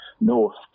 North